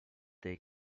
they